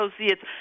associates